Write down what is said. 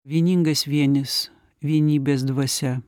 vieningas vienis vienybės dvasia